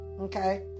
Okay